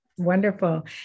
Wonderful